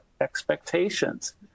expectations